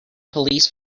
police